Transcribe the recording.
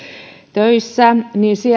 töissä